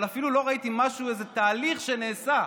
אבל אפילו לא ראיתי משהו, איזה תהליך שנעשה,